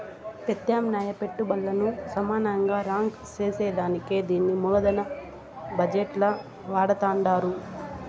పెత్యామ్నాయ పెట్టుబల్లను సమానంగా రాంక్ సేసేదానికే దీన్ని మూలదన బజెట్ ల వాడతండారు